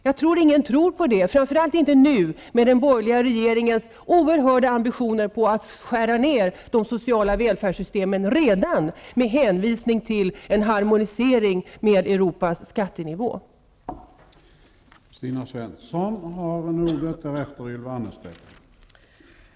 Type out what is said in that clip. Jag tror inte att någon tror på det här, framför allt inte med den borgerliga regeringens oerhörda ambitioner att redan nu skära ner de sociala värlfärdssystemen med hänvisning till en harmonisering till skattenivån i Europa.